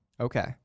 Okay